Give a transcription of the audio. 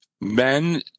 Men